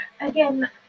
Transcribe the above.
Again